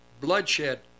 bloodshed